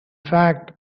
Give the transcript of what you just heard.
fact